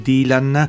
Dylan